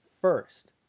first